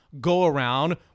go-around